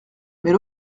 mais